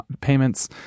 payments